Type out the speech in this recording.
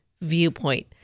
viewpoint